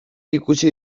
ikusi